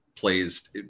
plays